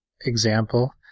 example